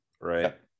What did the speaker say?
right